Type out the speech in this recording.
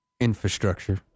infrastructure